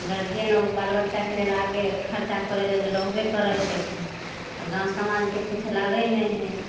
गार्जिअनो बाल बच्चाके लेल आगे खरचा करै लेल रहबै करै हइके आओर गाम समाजके किछु लागै नहि हइ